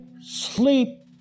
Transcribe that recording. sleep